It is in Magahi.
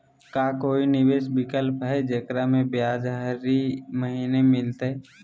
का कोई निवेस विकल्प हई, जेकरा में ब्याज हरी महीने मिलतई?